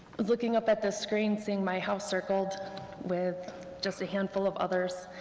looking up at this screen, seeing my house circled with just a handful of others,